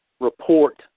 report